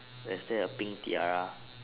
there's there a pink their